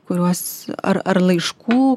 kuriuos ar ar laiškų